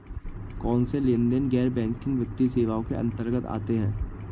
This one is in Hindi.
कौनसे लेनदेन गैर बैंकिंग वित्तीय सेवाओं के अंतर्गत आते हैं?